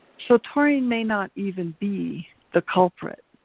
so taurine may not even be the culprit.